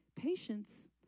patience